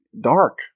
dark